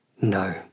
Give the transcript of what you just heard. no